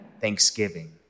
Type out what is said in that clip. Thanksgiving